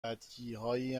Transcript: بدیهایی